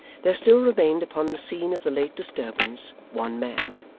there still remained upon the scene of the late disturbance, one man.